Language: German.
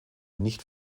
nicht